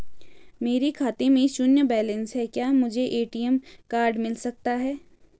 मेरे खाते में शून्य बैलेंस है क्या मुझे ए.टी.एम कार्ड मिल सकता है?